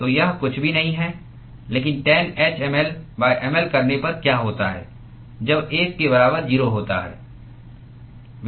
तो यह कुछ भी नहीं है लेकिन टैनh mL mL करने पर क्या होता है जब l के बराबर 0 होता है